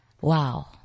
Wow